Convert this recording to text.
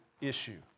issue